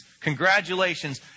congratulations